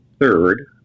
third